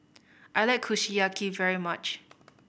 I like Kushiyaki very much